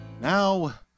Now